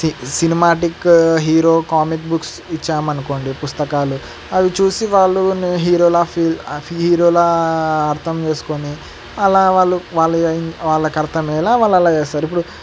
cinematic hero comic books ఇచ్చామనుకోండి పుస్తకాలు అవి చూసి వాళ్ళు హీరోలా ఫీ హీరోలా అర్థం చేసుకుని అలా వాళ్ళు వాళ్ళ వాళ్ళకి అర్థమయ్యేలాగా వాళ్ళు అలా చేస్తారు ఇప్పుడు